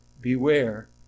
beware